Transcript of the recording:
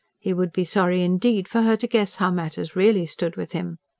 he would be sorry, indeed, for her to guess how matters really stood with him.